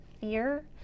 fear